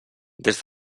des